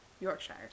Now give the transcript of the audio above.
Yorkshire